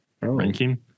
Ranking